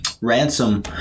ransom